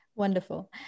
Wonderful